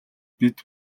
бид